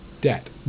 Debt